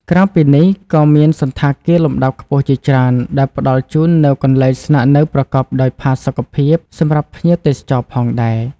ក្រៅពីនេះ ក៏មានសណ្ឋាគារលំដាប់ខ្ពស់ជាច្រើន ដែលផ្តល់ជូននូវកន្លែងស្នាក់នៅប្រកបដោយផាសុកភាពសម្រាប់ភ្ញៀវទេសចរផងដែរ។